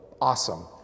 awesome